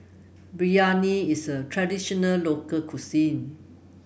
biryani is a traditional local cuisine